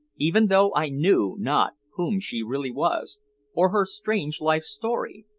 even though i knew not whom she really was or her strange life story.